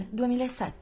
2007